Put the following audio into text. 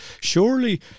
surely